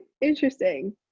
Interesting